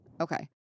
Okay